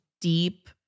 deep